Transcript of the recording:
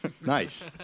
Nice